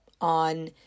on